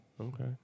Okay